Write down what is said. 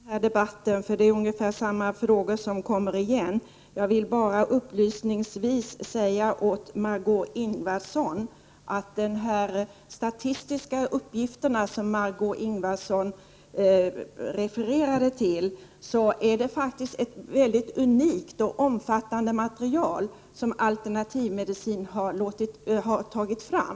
Herr talman! Jag skall inte förlänga debatten. Det är ungefär samma frågor som kommer igen. Upplysningsvis vill jag säga till Margé Ingvardsson att de statistiska uppgifter som hon refererade till är ett unikt och omfattande material som den alternativmedicinska utredningen har låtit ta fram.